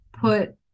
put